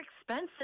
expensive